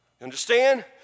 Understand